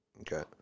Okay